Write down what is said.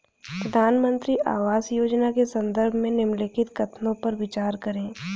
प्रधानमंत्री आवास योजना के संदर्भ में निम्नलिखित कथनों पर विचार करें?